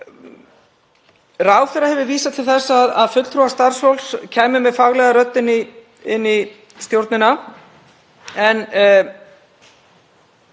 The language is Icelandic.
Ráðherra hefur vísað til þess að fulltrúar starfsfólks kæmu með faglega rödd inn í stjórnina